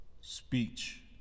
speech